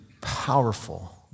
powerful